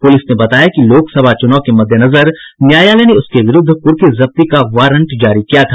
police ने बताया कि लोकसभा चुनाव के मद्देनजर न्यायालय ने उसके विरुद्ध क्र्की जब्ती का वारंट जारी किया था